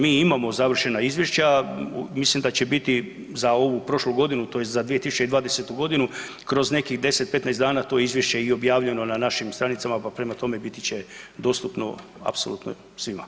Mi imamo završena izvješća, mislim da će biti za ovu prošlu godinu tj. za 2020. godinu kroz nekih 10-15 dana to izvješće i objavljeno na našim stranicama pa prema tome biti će dostupno apsolutno svima.